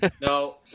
no